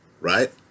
Right